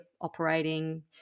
operating